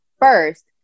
first